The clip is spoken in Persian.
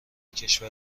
کشور